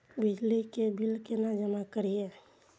बिजली के बिल केना जमा करिए?